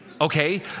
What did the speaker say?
okay